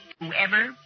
Whoever